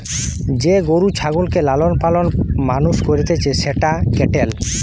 যে গরু ছাগলকে লালন পালন মানুষ করতিছে সেটা ক্যাটেল